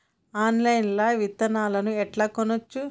Online లా విత్తనాలను ఎట్లా కొనచ్చు?